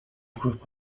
group